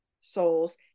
souls